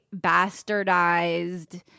bastardized